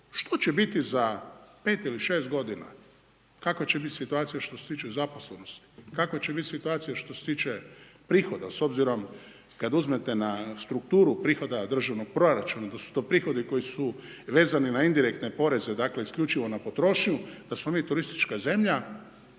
Što će biti za 5 ili 6 godina? Kakva će biti situacija što se tiče zaposlenosti, kakva će biti situacija što se tiče prihoda s obzirom kad uzmete na strukturu prihoda državnog proračuna, da su to prihodi koji su vezani na indirektne poreze, dakle isključivo na potrošnju da smo mi turistička zemlja,